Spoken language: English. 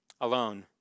alone